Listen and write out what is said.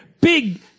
Big